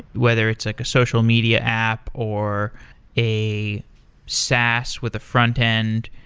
whether it's like a social media app or a sas with a front-end,